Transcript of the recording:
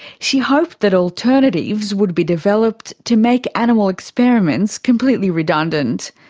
she hoped that alternatives would be developed to make animal experiments completely redundant.